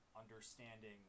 understanding